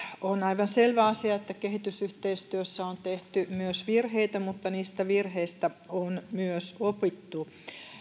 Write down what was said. on aivan selvä asia että kehitysyhteistyössä on tehty myös virheitä mutta niistä virheistä on myös opittu